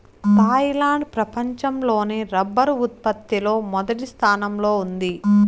Thailand ప్రపంచం లోనే రబ్బరు ఉత్పత్తి లో మొదటి స్థానంలో ఉంది